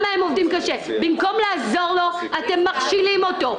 במקום לעזור לו אתם מכשילים אותו.